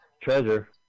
Treasure